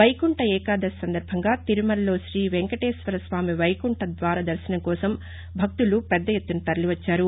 వైకుంఠ ఏకాదశి సందర్భంగా తిరుమలలో శ్రీ వేంకటేశ్వర స్వామి వైకుంఠ ద్వార దర్శనం కోసం భక్తులు పెద్ద ఎత్తున తరలివచ్చారు